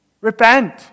Repent